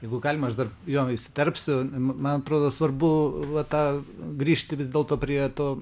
jeigu galima aš dar jo įsiterpsiu man atrodo svarbu va tą grįžti vis dėlto prie to